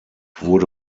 wurde